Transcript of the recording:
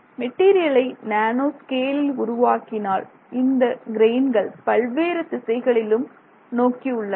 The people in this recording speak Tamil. மெட்டீரியலை நேனோ ஸ்கேலில் உருவாக்கினால் இந்த கிரெய்ன்கள் பல்வேறு திசைகளிலும் நோக்கியுள்ளன